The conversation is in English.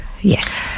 Yes